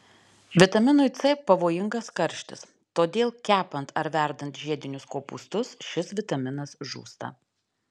vitaminui c pavojingas karštis todėl kepant ar verdant žiedinius kopūstus šis vitaminas žūsta